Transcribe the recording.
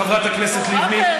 חברת הכנסת לבני,